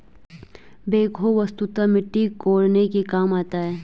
backhoe वस्तुतः मिट्टी कोड़ने के काम आता है